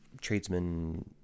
tradesman